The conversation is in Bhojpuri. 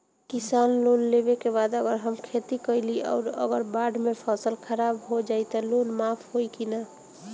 किसान लोन लेबे के बाद अगर हम खेती कैलि अउर अगर बाढ़ मे फसल खराब हो जाई त लोन माफ होई कि न?